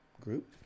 group